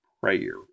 prayer